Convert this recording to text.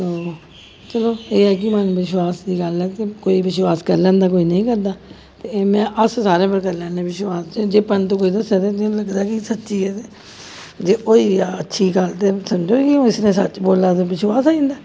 तो चलो एह् ऐ कि मन विश्वास दी गल्ल ऐ ते कोई विश्वास करी लैंदा कोई नेईं करदा ते एह् में अस सारे उप्पर करी लैन्ने विश्वास जे पंत कोई दस्सै ते इ'यां लगदा कि सच्ची ऐ ते जे होई जा अच्छी गल्ल ते सच्च बोला दा ते विश्वास होई जंदा ऐ